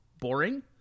boring